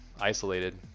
isolated